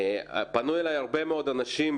פנו אלי הרבה מאוד אנשים,